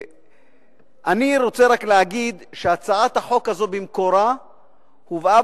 אני רוצה רק להגיד שהצעת החוק הזאת במקורה הובאה